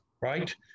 right